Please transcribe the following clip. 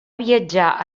viatjar